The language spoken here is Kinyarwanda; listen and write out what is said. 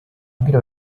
abwira